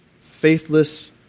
faithless